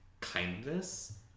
kindness